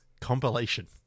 compilation